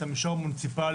את המישור המוניציפלי,